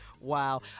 Wow